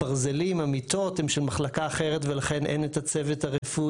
שבץ מוח זה תחום חשוב ותחום שהוא מציל חיים,